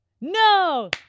No